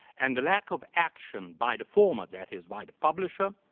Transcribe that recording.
and the lack of action by the former, that is, by the publisher,